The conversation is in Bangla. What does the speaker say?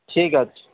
ঠিক আছে